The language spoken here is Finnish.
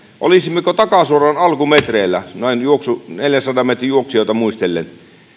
olisimmeko takasuoran alkumetreillä näin neljänsadan metrin juoksijoita muistellen